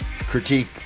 Critique